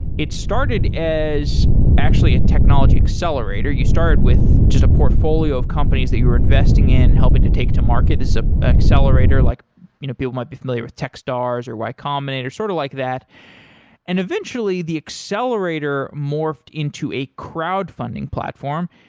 it started as actually a technology accelerator. you started with just a portfolio of companies that you were investing in, helping to take to market is a accelerator. like you know people might be familiar with tech stars, or y combinator, sort of like that and eventually, the accelerator morphed into a crowdfunding platform,